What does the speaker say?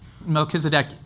Melchizedek